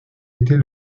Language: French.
était